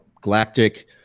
galactic